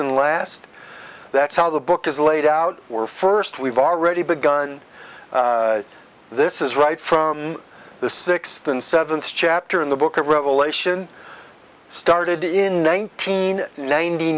and last that's how the book is laid out were first we've already begun this is right from the sixth and seventh chapter in the book of revelation started in ninet